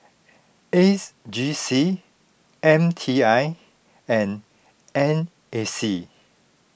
A G C M T I and N A C